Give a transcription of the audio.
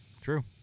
True